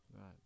right